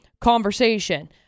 conversation